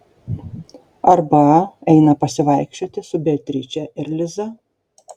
arba eina pasivaikščioti su beatriče ir liza